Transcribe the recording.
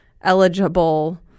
eligible